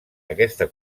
aquesta